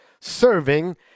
Serving